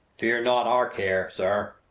fear not our care, sir.